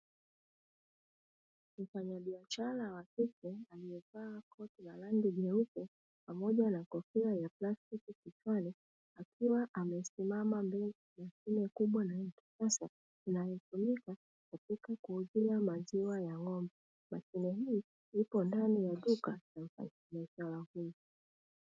Mfanyabiashara wa kike aliyevaa koti la rangi nyeupe pamoja na kofia ya kichwani, akiwa amesimama mbele ya mashine kubwa inayotumika katika kuuzia maziwa ya ng'ombe, mashine hiyo iko ndani ya duka.